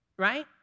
right